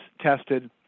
tested